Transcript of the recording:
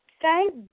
Thank